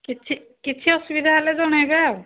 କିଛି ଅସୁବିଧା ହେଲେ ଜଣେଇବେ ଆଉ